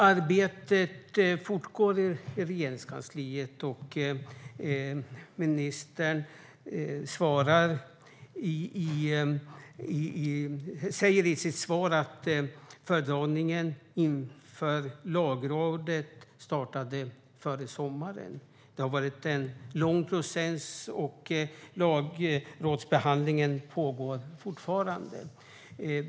Arbetet fortgår i Regeringskansliet, och ministern säger i sitt svar att föredragningen inför Lagrådet startade före sommaren. Det har varit en lång process, och lagrådsbehandlingen pågår fortfarande.